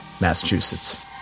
Massachusetts